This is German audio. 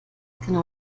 genau